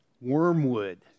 Wormwood